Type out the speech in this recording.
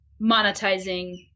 monetizing